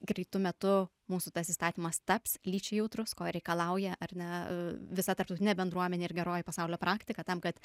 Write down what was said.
greitu metu mūsų tas įstatymas taps lyčiai jautrus ko reikalauja ar ne visa tarptautinė bendruomenė ir geroji pasaulio praktika tam kad